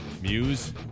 Muse